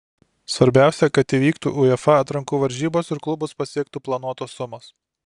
svarbiausia kad įvyktų uefa atrankų varžybos ir klubus pasiektų planuotos sumos